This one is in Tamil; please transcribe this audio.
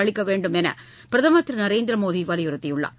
அளிக்க வேண்டுமென பிரதமர் திரு நரேந்திர மோடி வலியுறுத்தியுள்ளார்